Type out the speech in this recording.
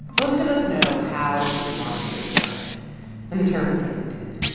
most of us know how the islamic state started and the terrible things it did.